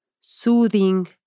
soothing